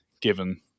given